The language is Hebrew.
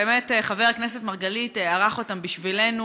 באמת חבר הכנסת מרגלית ערך אותם בשבילנו.